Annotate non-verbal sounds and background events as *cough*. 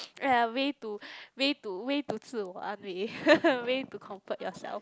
are a way to way to way to 自我安慰 *laughs* way to comfort yourself